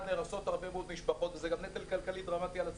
נהרסות הרבה מאוד משפחות וזה גם נטל כלכלי דרמטי על הציבור,